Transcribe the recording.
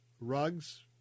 rugs